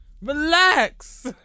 Relax